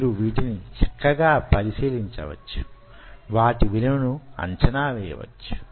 మీరు వీటిని చక్కగా పరిశీలించవచ్చు వాటి విలువను అంచనా వేయవచ్చు